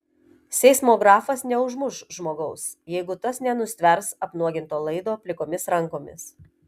seismografas neužmuš žmogaus jeigu tas nenustvers apnuoginto laido plikomis rankomis